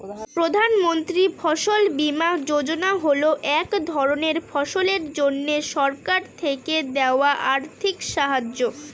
প্রধান মন্ত্রী ফসল বীমা যোজনা হল এক ধরনের ফসলের জন্যে সরকার থেকে দেওয়া আর্থিক সাহায্য